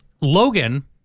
Logan